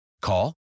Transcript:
Call